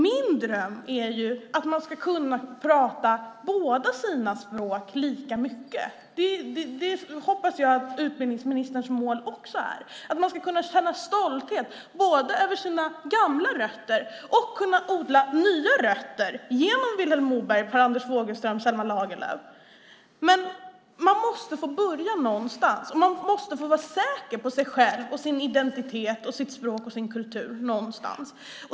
Min dröm är att man ska kunna prata båda sina språk lika mycket. Det hoppas jag att utbildningsministerns mål också är. Man ska kunna känna stolthet över sina gamla rötter och kunna odla nya rötter genom Vilhelm Moberg, Per Anders Fogelström, Selma Lagerlöf. Men man måste få börja någonstans, och man måste få vara säker på sig själv och sin identitet och sitt språk och sin kultur.